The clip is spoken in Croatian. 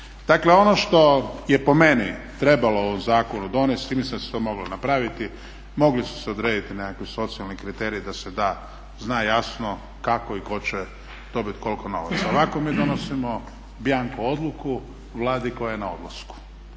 Dakle ono što je po meni trebalo u zakonu donesti, mislim da se to moglo napraviti, mogle su se odrediti nekakvi socijalni kriteriji da se zna jasno kako i tko će dobit kolko novaca. Ovako mi donosimo bianco odluku Vladi koja je na odlasku